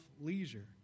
leisure